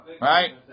Right